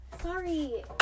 Sorry